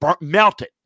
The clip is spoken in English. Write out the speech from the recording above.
melted